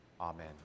amen